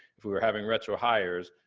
if we were having retro hires,